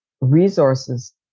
resources